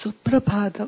സുപ്രഭാതം